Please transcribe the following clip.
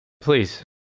please